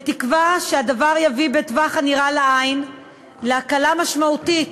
וזאת בתקווה שהדבר יביא בטווח הנראה לעין להקלה משמעותית